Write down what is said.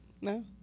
No